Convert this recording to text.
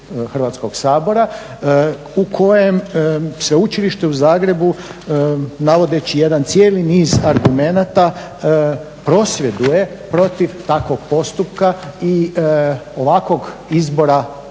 Hrvatskog sabora u kojem se Sveučilište u Zagrebu navodeći jedan cijeli niz argumenata prosvjeduje protiv takvog postupka i ovakvog izbora ovog